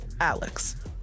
Alex